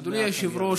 אדוני היושב-ראש,